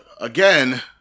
again